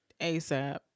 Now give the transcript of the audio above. ASAP